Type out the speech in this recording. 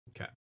Okay